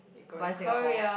bye Singapore